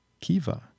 Kiva